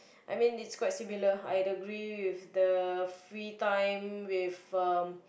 I mean it's quite similar I agree with the free time with um